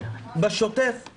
בשוטף,